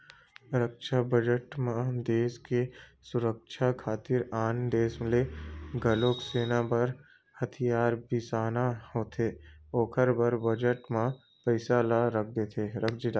रक्छा बजट म देस के सुरक्छा खातिर आन देस ले घलोक सेना बर हथियार बिसाना होथे ओखर बर बजट म पइसा ल रखे जाथे